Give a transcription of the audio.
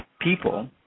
people